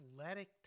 athletic